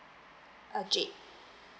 okay